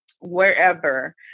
wherever